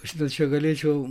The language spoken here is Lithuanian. aš dar čia galėčiau